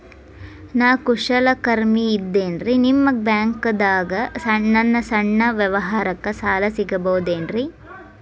ನಾ ಕುಶಲಕರ್ಮಿ ಇದ್ದೇನ್ರಿ ನಿಮ್ಮ ಬ್ಯಾಂಕ್ ದಾಗ ನನ್ನ ಸಣ್ಣ ವ್ಯವಹಾರಕ್ಕ ಸಾಲ ಸಿಗಬಹುದೇನ್ರಿ?